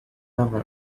hammer